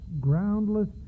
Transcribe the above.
groundless